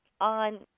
on